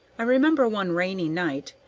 i remember one rainy night,